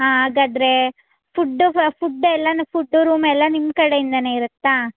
ಹಾಂ ಹಾಗಾದರೆ ಫುಡ್ಡು ಫ ಫುಡ್ ಎಲ್ಲ ಫುಡ್ದು ರೂಮ್ ಎಲ್ಲ ನಿಮ್ಮ ಕಡೆಯಿಂದನೇ ಇರುತ್ತಾ